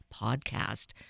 podcast